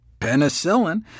penicillin